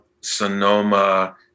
Sonoma